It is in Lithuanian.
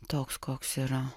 toks koks yra